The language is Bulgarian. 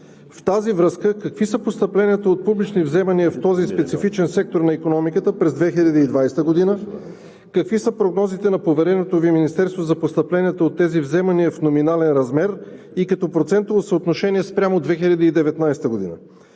В тази връзка: какви са постъпленията от публични вземания в този специфичен сектор на икономиката през 2020 г.; какви са прогнозите на повереното Ви министерство за постъпленията от тези вземания в номинален размер и като процентово съотношение спрямо 2019 г.?